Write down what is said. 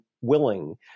willing